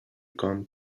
come